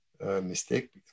mistake